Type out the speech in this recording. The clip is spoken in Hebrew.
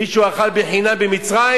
מישהו אכל חינם במצרים?